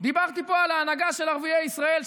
דיברתי פה על ההנהגה של ערביי ישראל,